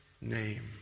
name